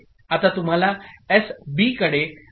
आता तुम्हाला एसबीकडे पहावे लागेल